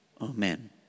Amen